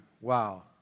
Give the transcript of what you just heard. Wow